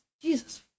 Jesus